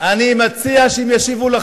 שישיבו.